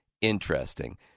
interesting